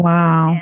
Wow